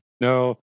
no